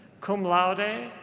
cum laude. and